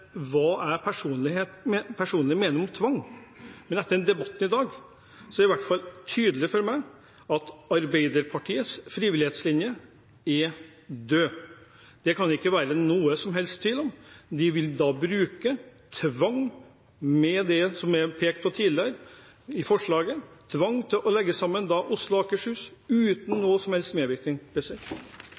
hva jeg personlig mener om tvang. Men etter debatten i dag er det i hvert fall tydelig for meg at Arbeiderpartiets frivillighetslinje er død. Det kan det ikke være noen som helst tvil om. De vil bruke tvang til det som er pekt på tidligere i forslaget – tvang til å slå sammen Oslo og Akershus, uten noen som helst medvirkning.